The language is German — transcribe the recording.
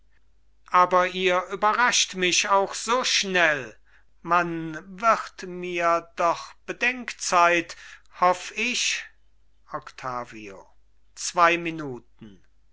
aber ihr überrascht mich auch so schnell man wird mir doch bedenkzeit hoff ich octavio zwei minuten